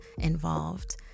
involved